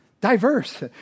diverse